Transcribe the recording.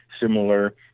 similar